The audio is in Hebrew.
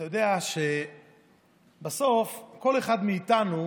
אתה יודע שבסוף כל אחד מאיתנו,